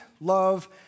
love